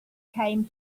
came